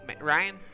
Ryan